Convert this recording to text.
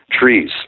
Trees